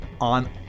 on